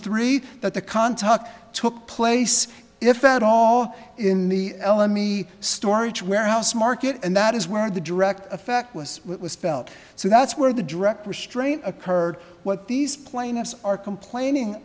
three that the contact took place if at all in the elem a storage warehouse market and that is where the direct effect was was felt so that's where the direct restraint occurred what these plaintiffs are complaining